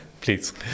Please